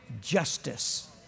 justice